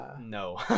No